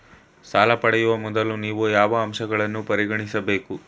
ಸಾಲ ಪಡೆಯುವ ಮೊದಲು ನೀವು ಯಾವ ಅಂಶಗಳನ್ನು ಪರಿಗಣಿಸಬೇಕು?